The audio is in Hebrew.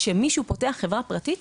כשמישהו פותח חברה פרטית,